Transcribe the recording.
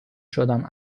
شدم